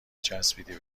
چسبیدی